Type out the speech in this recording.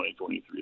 2023